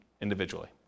individually